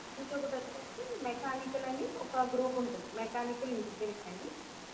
ఇంకోకటి వచ్చేసి మెకానికల్ అని ఒక గ్రూప్ ఉంటుంది మెకానికల్ ఇంజనీరింగ్ అని